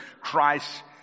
Christ